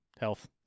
health